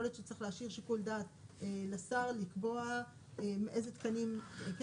יכול להיות שצריך להשאיר שיקול דעת לשר לקבוע איזה תקנים כן